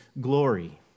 glory